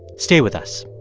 stay with us